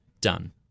done